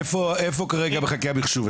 איפה כרגע הבעיה שלך במחשוב?